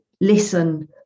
listen